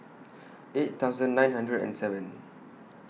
eight thousand nine hundred and seven